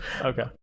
Okay